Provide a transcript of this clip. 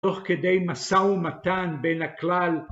תוך כדי מסע ומתן בין הכלל.